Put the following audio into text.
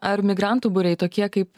ar migrantų būriai tokie kaip